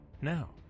Now